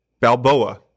Balboa